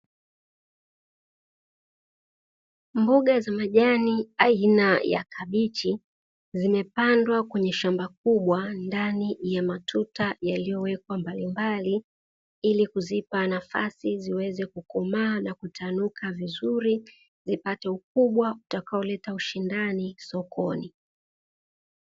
Mboga za majani aina ya kabichi zimepandwa kwenye shamba kubwa ndani ya matuta yaliyowekwa mbalimbali, ili kuzipa nafasi ziweze kukomaa na kutanuka vizuri, zipate ukubwa utakaoleta ushindani sokoni."